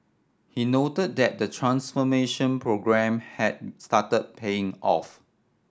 he noted that the transformation programme has started paying off